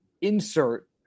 insert